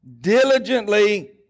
diligently